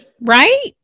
Right